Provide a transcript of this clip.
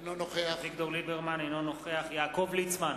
אינו נוכח יעקב ליצמן,